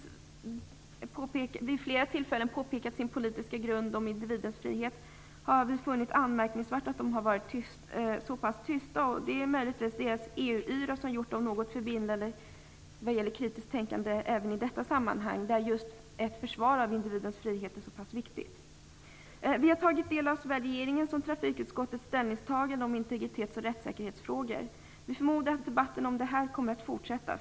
De har ju vid flera tillfällen påpekat att deras politiska grund är individens frihet. Det kan möjligtvis vara deras EU yra som gjort dem något förblindande när det gäller kritiskt tänkande i även detta sammanhang, där just ett försvar av individens frihet är så pass viktigt. Vi har tagit del av såväl regeringens som trafikutskottets ställningstaganden om integritets och rättssäkerhetsfrågor. Vi förmodar att debatten om det här kommer att fortsätta.